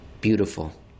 Beautiful